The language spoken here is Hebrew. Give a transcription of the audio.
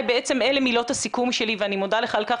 בעצם אלה מילות הסיכום שלי ואני מודה לך על כך.